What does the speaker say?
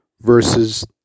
versus